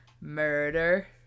murder